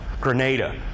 Grenada